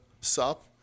sup